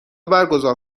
برگزار